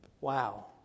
Wow